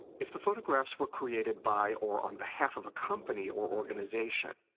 if the photographs were created by or on behalf of a company or organization,